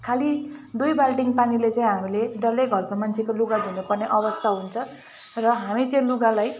खाली दुई बाल्टिङ पानीले चाहिँ हामीले डल्लै घरको मान्छेको लुगा धुनुपर्ने अवस्था हुन्छ र हामी त्यो लुगालाई